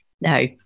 no